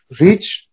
reach